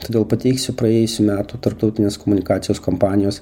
todėl pateiksiu praėjusių metų tarptautinės komunikacijos kompanijos